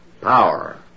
power